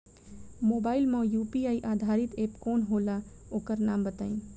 Mobile म UPI आधारित app कौन होला ओकर नाम बताईं?